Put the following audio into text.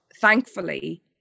thankfully